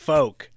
Folk